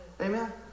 Amen